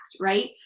right